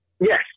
Yes